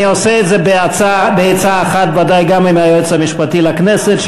אני עושה את זה בעצה אחת עם היועץ המשפטי לכנסת,